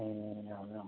ए हजुर